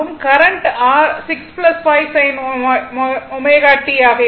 current r 6 5 sin ω t ஆக இருக்கும்